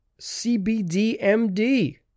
CBDMD